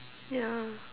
ya